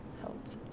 helped